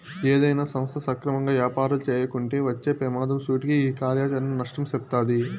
ఏదైనా సంస్థ సక్రమంగా యాపారాలు చేయకుంటే వచ్చే పెమాదం సూటిగా ఈ కార్యాచరణ నష్టం సెప్తాది